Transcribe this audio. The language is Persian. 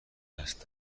است